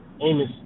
Amos